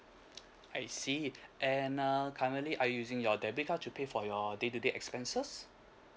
I see and err currently are you using your debit card to pay for your day to day expenses